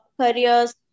careers